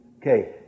Okay